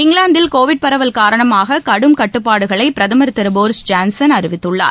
இங்கிலாந்தில் கோவிட் பரவல் காரணமாக கடும் கட்டுப்பாடுகளை பிரதமர் திரு போரிஸ் ஜான்சன் அறிவித்துள்ளார்